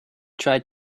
tried